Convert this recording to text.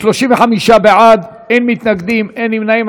35 בעד, אין מתנגדים ואין נמנעים.